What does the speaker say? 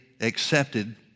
accepted